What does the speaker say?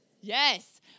Yes